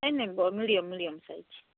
ନାଇଁ ନାଇଁ ବ ମିଡ଼ିଅମ ମିଡ଼ିୟମ ସାଇଜ୍